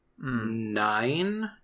nine